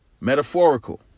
metaphorical